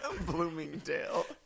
Bloomingdale